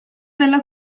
della